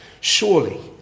Surely